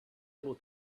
able